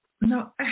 No